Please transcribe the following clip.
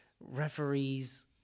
referees